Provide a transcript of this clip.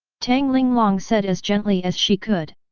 tang linglong said as gently as she could.